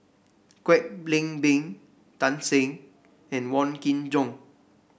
Kwek Leng Beng Tan Shen and Wong Kin Jong